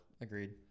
Agreed